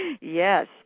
Yes